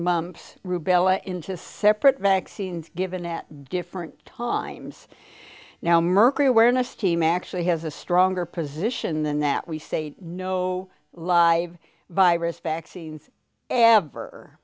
mumps rubella into separate vaccines given at different times now mercury awareness team actually has a stronger position than that we say no live virus vaccines ever